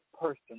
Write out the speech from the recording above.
person